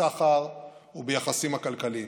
בסחר וביחסים הכלכליים.